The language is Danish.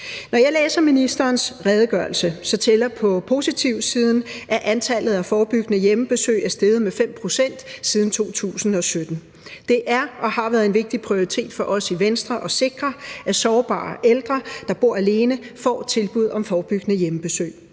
Når jeg læser ministerens redegørelse, tæller det på positivsiden, at antallet af forebyggende hjemmebesøg er steget med 5 pct. siden 2017. Det er og har været en prioritet for os i Venstre at sikre, at sårbare ældre, der bor alene, får tilbud om forebyggende hjemmebesøg.